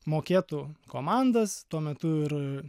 mokėtų komandas tuo metu ir